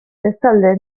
bestalde